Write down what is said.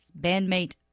Bandmate